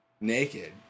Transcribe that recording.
naked